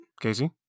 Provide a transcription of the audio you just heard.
Casey